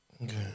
Okay